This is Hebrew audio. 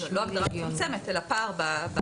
זו לא הגדרה מצמצמת, אלא פער בהגדרות